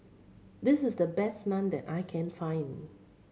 this is the best Naan that I can find